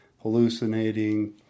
hallucinating